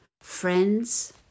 friends